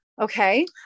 Okay